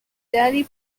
dairy